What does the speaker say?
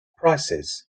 prices